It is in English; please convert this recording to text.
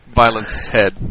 violence-head